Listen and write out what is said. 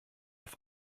auf